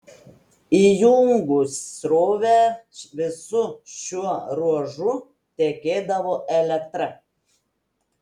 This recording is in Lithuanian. įjungus srovę visu šiuo ruožu tekėdavo elektra